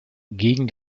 gegen